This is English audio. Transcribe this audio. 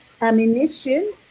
ammunition